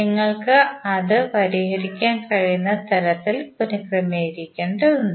നിങ്ങൾക്ക് അത് പരിഹരിക്കാൻ കഴിയുന്ന തരത്തിൽ പുനർക്രമീകരിക്കേണ്ടതുണ്ട്